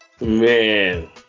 man